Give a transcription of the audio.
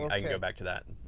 i can go back to that.